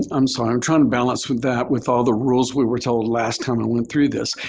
and i'm sorry. i'm trying to balance with that with all the rules. we were told last time i went through this.